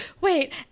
wait